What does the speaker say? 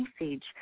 message